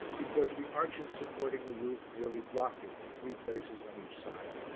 because the arches supporting the roof nearly blocked it in three places on each side.